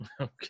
Okay